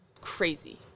Crazy